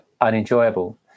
unenjoyable